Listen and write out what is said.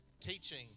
teaching